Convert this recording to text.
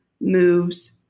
moves